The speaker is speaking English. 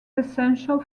essential